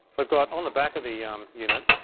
we've got on the back of the unit,